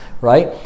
right